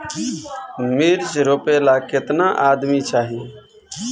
मिर्च रोपेला केतना आदमी चाही?